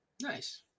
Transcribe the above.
nice